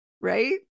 right